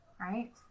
right